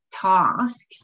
tasks